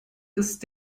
ist